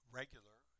regular